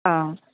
অ'